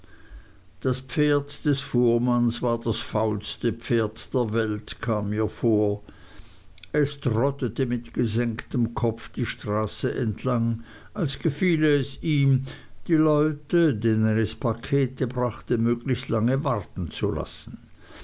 das pferd des fuhrmanns war das faulste pferd der welt kam mir vor es trottete mit gesenktem kopf die straße entlang als gefiele es ihm die leute denen es pakete brachte möglichst lange warten zu lassen